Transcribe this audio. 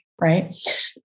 Right